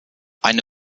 eine